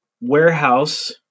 warehouse